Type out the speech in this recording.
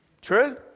true